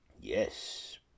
yes